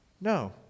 No